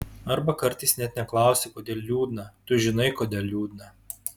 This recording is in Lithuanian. arba kartais net neklausi kodėl liūdna tu žinai kodėl liūdna